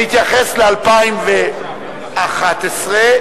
סעיף 56,